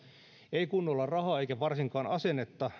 ei kunnolla rahaa eikä varsinkaan asennetta